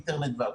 אינטרנט והכול.